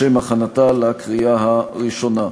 לשם הכנתה לקריאה הראשונה.